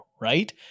right